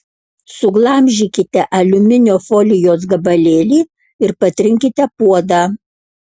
suglamžykite aliuminio folijos gabalėlį ir patrinkite puodą